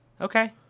Okay